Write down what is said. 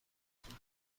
پرسید